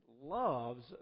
loves